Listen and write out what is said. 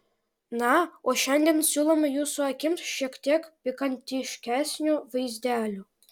na o šiandien siūlome jūsų akims šiek tiek pikantiškesnių vaizdelių